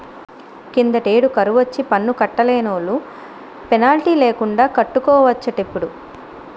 కిందటేడు కరువొచ్చి పన్ను కట్టలేనోలు పెనాల్టీ లేకండా కట్టుకోవచ్చటిప్పుడు